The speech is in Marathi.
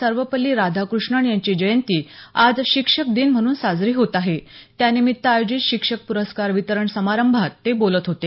सर्वपल्ली राधाकृष्णन यांची जयंती आज शिक्षक दिन म्हणून साजरी होत आहे त्यानिमित्त आयोजित शिक्षक प्रस्कार वितरण समारंभात ते बोलत होते